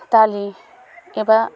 दालि एबा